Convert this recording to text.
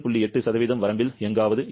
8 வரம்பில் எங்காவது இருக்கும்